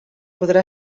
podrà